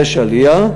יש עלייה,